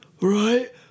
Right